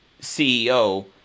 CEO